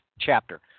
chapter